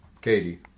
Katie